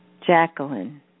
Jacqueline